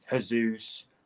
Jesus